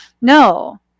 No